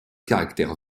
caractère